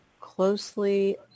closely